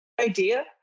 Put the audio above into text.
idea